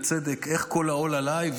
בצדק: איך כל העול עליי?